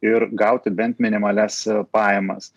ir gauti bent minimalias pajamas